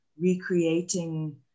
recreating